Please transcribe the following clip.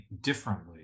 differently